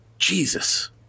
Jesus